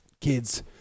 kids